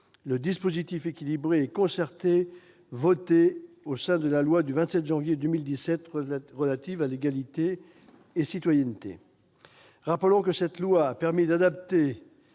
le dispositif équilibré et concerté voté au sein de la loi du 27 janvier 2017 relative à l'égalité et à la citoyenneté, dite loi LEC. Rappelons que cette loi a permis d'adapter